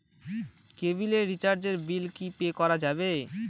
কেবিলের রিচার্জের বিল কি পে করা যাবে?